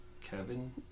Kevin